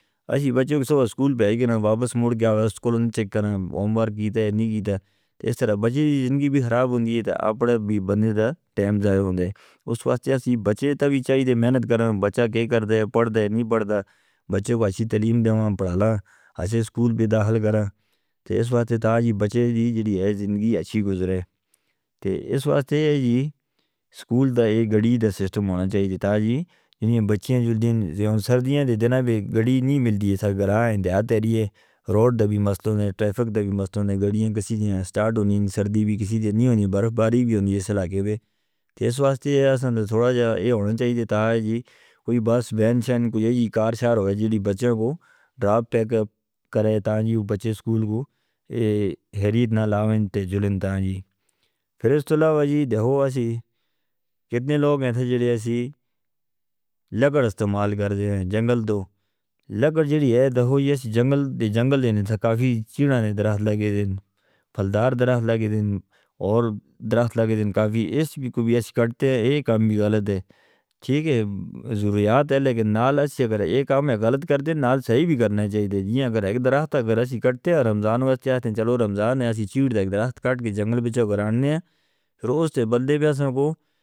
اسی بچیوں کو سکول بھی آگے نا واپس موڑ گیا ہے سکولوں نے چیک کرنا ہے ہومورک کیتے ہیں نہیں کیتے ہیں تے اس طرح بچی زندگی بھی خراب ہونی ہے تے آپڑے بھی بندے دا ٹائم ضائع ہوندے۔ اس واسطے آسی بچے تا بھی چاہید ہیں محنت کرنا ہے۔ بچہ کہہ کر دے پڑھ دے نہیں پڑھ دے۔ بچے کو اچھی تعلیم دوں پڑھا لائیں آسی سکول بھی داخل کرائیں تے اس واسطے تا جی بچے جی جی زندگی اچھی گزرے۔ اس واسطے جی سکول دا یہ گڑی دا سسٹم ہونا چاہید تا جی جنہیں بچے ہیں جنہیں سردیاں دے دنہ بھی گڑی نہیں مل دی ہے۔ سرگراہ ہیں دیاہ تیہریے روڈ دے بھی مسئلہ نہیں ٹریفک دے بھی مسئلہ نہیں۔ گڑیاں کسی دی نہیں سٹارٹ ہونی، سردی بھی کسی دی نہیں ہونی، برف باری بھی ہونی اس علاقے میں۔ اس واسطے آسی تھوڑا جا یہ ہون چاہیے تا جی کوئی بس وین شین کوئی جے جی کار شاروے جی دی بچہ کو ڈراب پیک اپ کرے تا جی بچہ سکول کو ہریٹ نہ لائیں تے جلند۔ تا جی پھر اس تو علاوہ جی دیکھو آسی کتنے لوگ ہیں تھے جی دی آسی لگڑ استعمال کر دے ہیں جنگل تو لگڑ جی دی ہے۔ دیکھو یس جنگل دے جنگل دے نے، تھا کافی چیڑہ نے درخت لگے دے ہیں، پھلدار درخت لگے دے ہیں اور درخت لگے دے ہیں۔ کافی اس بھی کوئی ایسی کٹتے ہیں یہ کام بھی غلط ہے۔ ٹھیک ہے ضروریات ہے لیکن نال ایسے اگر ایک کام ہے غلط کرتے ہیں نال صحیح بھی کرنا چاہیے تھا۔ تا جی اگر ایک درخت ہے اگر اسی کٹتے ہیں اور رمضان واسطے آتے ہیں، چلو رمضان ہے اسی چیوڑ دا درخت کٹ کے جنگل بچہ گراننے ہیں روز سے بل دے بھی آسن کو.